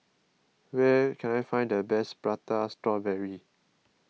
where can I find the best Prata Strawberry